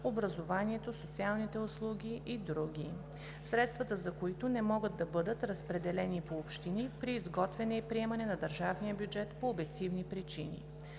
образованието, социалните услуги и други, средствата за които не могат да бъдат разпределени по общини при изготвяне и приемане на държавния бюджет по обективни причини.